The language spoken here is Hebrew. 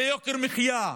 זה יוקר מחיה.